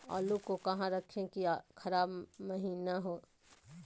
आलू को कहां रखे की खराब महिना हो?